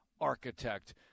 architect